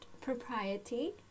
propriety